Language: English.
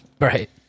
Right